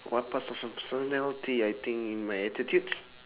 what parts of your personality I think in my attitudes